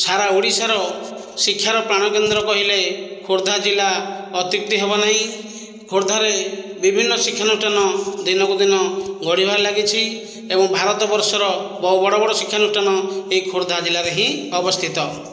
ସାରା ଓଡ଼ିଶା ର ଶିକ୍ଷାର ପ୍ରାଣକେନ୍ଦ୍ର କହିଲେ ଖୋର୍ଦ୍ଧା ଜିଲ୍ଲା ଅତ୍ୟୁକ୍ତି ହବନାହିଁ ଖୋର୍ଦ୍ଧାରେ ବିଭିନ୍ନ ଶିକ୍ଷାନୁଷ୍ଠାନ ଦିନକୁ ଦିନ ଗଢ଼ିବାରେ ଲାଗିଛି ଏବଂ ଭାତର ବର୍ଷର ବହୁ ବଡ଼ ବଡ଼ ଶିକ୍ଷାନୁଷ୍ଠାନ ଏ ଖୋର୍ଦ୍ଧା ଜିଲ୍ଲାରେ ହିଁ ଅବସ୍ଥିତ